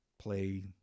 Play